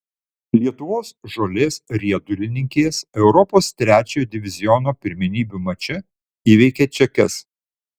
lietuvos žolės riedulininkės europos trečiojo diviziono pirmenybių mače įveikė čekes